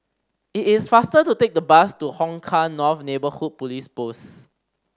it is faster to take the bus to Hong Kah North Neighbourhood Police Post